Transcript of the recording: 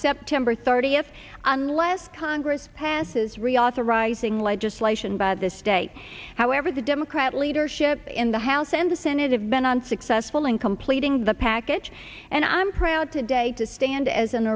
september thirtieth unless congress passes reauthorizing legislation by this date however the democrat leadership in the house and the senate have been unsuccessful in completing the package and i'm proud today to stand as an